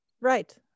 Right